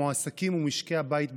המועסקים ומשקי הבית בישראל: